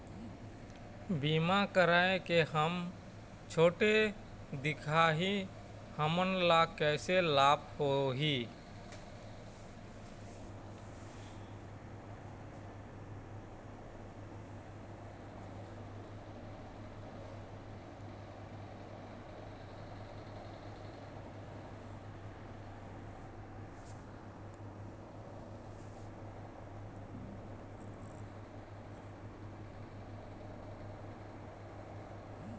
बीमा कराए के हम छोटे दिखाही हमन ला कैसे लाभ होही?